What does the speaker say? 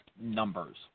numbers